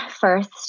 first